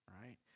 Right